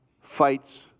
fights